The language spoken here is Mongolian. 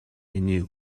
миний